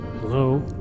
Hello